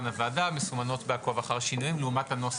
הוועדה ומסומנות ב-"עקוב אחר שינויים",